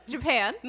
Japan